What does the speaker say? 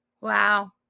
Wow